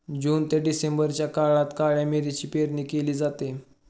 जून ते डिसेंबरच्या काळात काळ्या मिरीची पेरणी केली जाते